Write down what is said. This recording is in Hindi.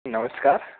नमस्कार